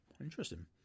Interesting